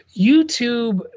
YouTube